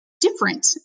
different